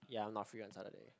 ya I'm not free on Saturday